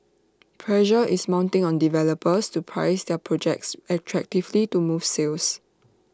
pressure is mounting on developers to price their projects attractively to move sales